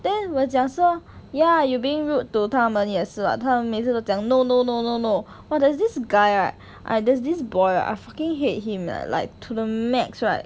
then 我讲说 ya you being rude to 他们也是 [what] 他们每次都讲 no no no no no !wah! there's this guy right I there's this boy I fucking hate him leh like to the max right